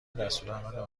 دستورالعمل